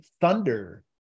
Thunder